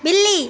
बिल्ली